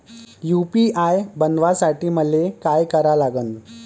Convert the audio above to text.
UPI बनवासाठी मले काय करा लागन?